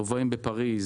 רובעים בפריז,